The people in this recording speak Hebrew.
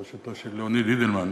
בראשותו של ליאוניד אידלמן.